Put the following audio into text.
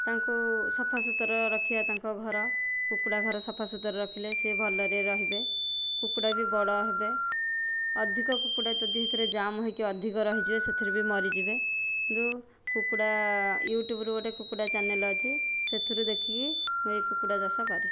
ତାଙ୍କୁ ସଫା ସୁତରା ରଖିବା ତାଙ୍କ ଘର କୁକୁଡ଼ା ଘର ସଫା ସୁତରା ରଖିଲେ ସେ ଭଲରେ ରହିବେ କୁକୁଡ଼ା ବି ବଡ଼ ହେବେ ଅଧିକ କୁକୁଡ଼ା ଯଦି ସେଥିରେ ଜାମ୍ ହୋଇକି ଯଦି ଅଧିକ ରହିଯିବ ସେଥିରେ ବି ମରିଯିବେ କିନ୍ତୁ କୁକୁଡ଼ା ୟୁଟ୍ୟୁବରୁ ଗୋଟିଏ କୁକୁଡ଼ା ଚ୍ୟାନେଲ୍ ଅଛି ସେଥିରୁ ଦେଖିକି ମୁଁ ଏହି କୁକୁଡ଼ା ଚାଷ କରେ